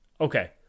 Okay